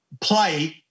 play